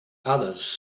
others